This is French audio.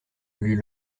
lut